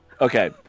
Okay